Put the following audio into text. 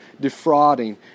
defrauding